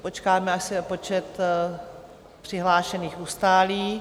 Počkáme, až se počet přihlášených ustálí.